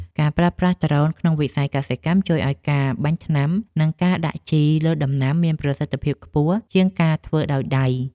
ការប្រើប្រាស់ដ្រូនក្នុងវិស័យកសិកម្មជួយឱ្យការបាញ់ថ្នាំ និងការដាក់ជីលើដំណាំមានប្រសិទ្ធភាពខ្ពស់ជាងការធ្វើដោយដៃ។